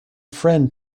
friend